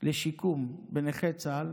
לשיקום נכי צה"ל